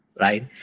right